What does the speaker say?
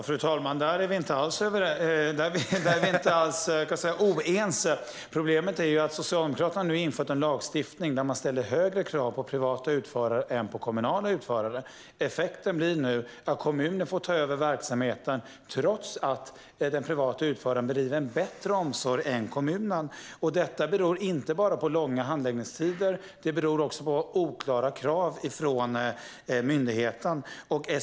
Fru talman! Där är vi inte alls oense. Problemet är att Socialdemokraterna nu har infört en lagstiftning där man ställer högre krav på privata utförare än på kommunala utförare. Effekten blir nu att kommuner får ta över verksamhet, trots att den privata utföraren bedriver en bättre omsorg än kommunen. Detta beror inte bara på långa handläggningstider. Det beror också på oklara krav från myndigheten.